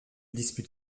dispute